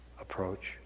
approach